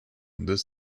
this